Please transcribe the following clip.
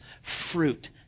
fruit